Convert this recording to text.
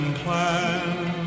plan